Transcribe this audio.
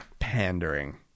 pandering